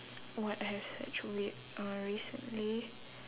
what I have searched weird uh recently